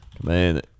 command